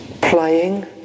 playing